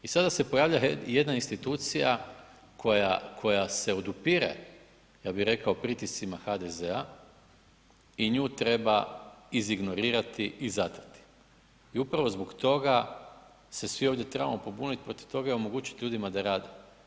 I sada se pojavljuje jedna institucija koja se odupire, ja bih rekao pritiscima HDZ-a i nju treba izignorirati i ... I upravo zbog toga se svi ovdje trebamo pobuniti protiv toga i omogućiti ljudima da rade.